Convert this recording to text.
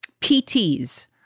PTs